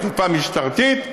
אכיפה משטרתית,